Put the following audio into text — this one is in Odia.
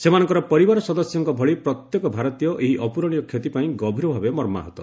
ସେମାନଙ୍କର ପରିବାର ସଦସ୍ୟଙ୍କ ଭଳି ପ୍ରତ୍ୟେକ ଭାରତୀୟ ଏହି ଅପ୍ରରଣୀୟ କ୍ଷତି ପାଇଁ ଗଭୀରଭାବେ ମର୍ମାହତ